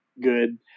good